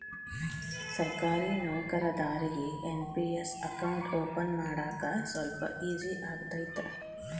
ಸರ್ಕಾರಿ ನೌಕರದಾರಿಗಿ NPS account open ಮಾಡಾಕ ಸ್ವಲ್ಪ ಈಜಿ ಆಗತೈತ